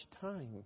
time